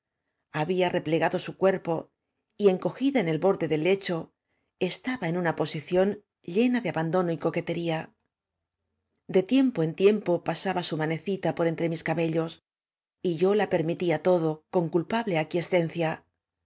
había replegado su cuerpo y encogida en el borde del lecho estaba en una posición llena de abandono y coquetería de tiempo en tiempo pasaba su manecita por catre mis cabellos y yo la permttía todo coa culpable aqulescedcía